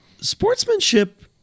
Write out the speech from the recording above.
sportsmanship